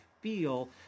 feel